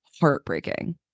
heartbreaking